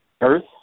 Earth